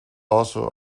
also